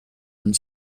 and